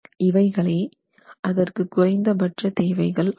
இவைகளே அதற்கு குறைந்த பட்ச தேவைகள் ஆகும்